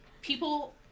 People